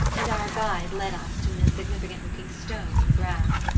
and our guide led us to an insignificant looking stone in the grass.